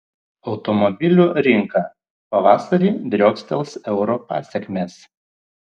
automobilių rinka pavasarį driokstels euro pasekmės